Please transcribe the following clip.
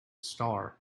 star